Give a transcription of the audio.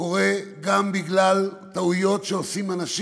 קורה גם בגלל טעויות שאנשים